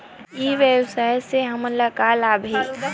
ई व्यवसाय से हमन ला का लाभ हे?